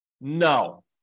No